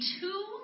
two